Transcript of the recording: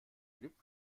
flip